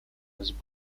was